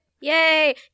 Yay